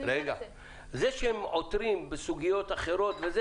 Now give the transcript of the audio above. זה שהם עותרים בסוגיות אחרות,